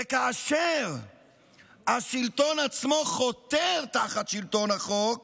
וכאשר השלטון עצמו חותר תחת שלטון החוק